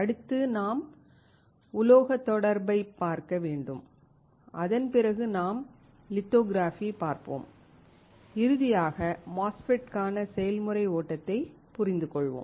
அடுத்து நாம் உலோகத் தொடர்பைப் பார்க்க வேண்டும் அதன் பிறகு நாம் லித்தோகிராஃபி பார்ப்போம் இறுதியாக MOSFETக்கான செயல்முறை ஓட்டத்தைப் புரிந்துகொள்வோம்